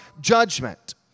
judgment